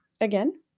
Again